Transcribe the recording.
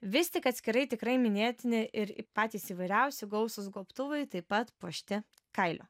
vis tik atskirai tikrai minėtini ir patys įvairiausi gausūs gobtuvai taip pat puošti kailio